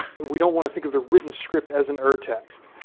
we don't want to think of the written script as and text,